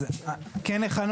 כן הכנו